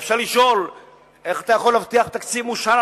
אפשר לשאול איך אתה יכול להבטיח תקציב מאושר,